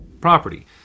property